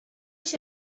się